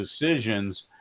decisions